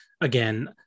again